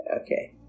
okay